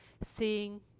seeing